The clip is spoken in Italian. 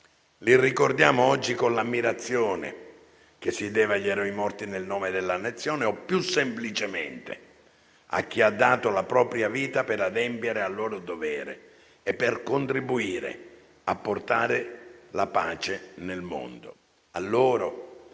Li ricordiamo oggi con l'ammirazione che si deve agli eroi morti nel nome della Nazione, o più semplicemente a chi ha dato la vita per adempiere al proprio dovere e per contribuire a portare la pace nel mondo. A loro,